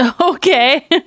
Okay